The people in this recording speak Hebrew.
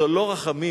זה לא רחמים,